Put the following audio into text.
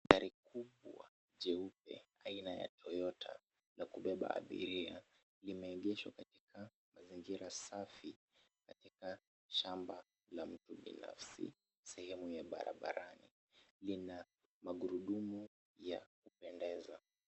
Gari kubwa jeupe aina ya toyota la kubeba abiria, limeegeshwa katika mazingira safi katika shamba la mtu binafsi sehemu ya barabarani. Lina magurudumu ya kupendeza.